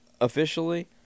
Officially